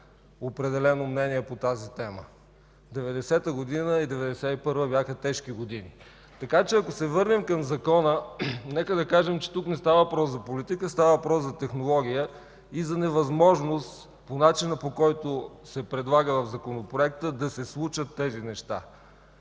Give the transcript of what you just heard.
определено мнение по тази тема. 1990 и 1991 година бяха тежки години. Ако се върнем към Закона, нека да кажем, че тук не става въпрос за политика, а става въпрос за технология и за невъзможност по начина, по който се предлага в законопроекта, да се случат тези неща.